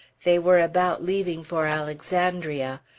they were about leaving for alexandria.